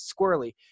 squirrely